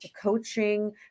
coaching